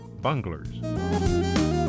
bunglers